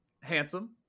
Handsome